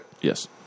Yes